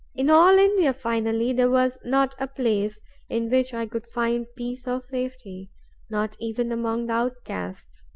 in all india, finally, there was not a place in which i could find peace or safety not even among the outcasts,